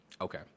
Okay